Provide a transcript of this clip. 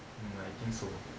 mm I think so